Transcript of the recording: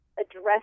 address